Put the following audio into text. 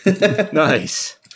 Nice